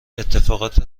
اتفاقات